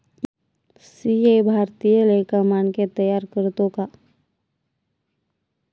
CA भारतीय लेखा मानके तयार करतो का